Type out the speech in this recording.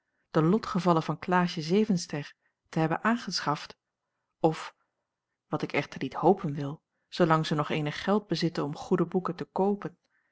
de lotgevallen van klaasje zevenster te hebben aangeschaft of wat ik echter niet hopen wil zoolang zij nog eenig geld bezitten om goede boeken te koopen